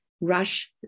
rush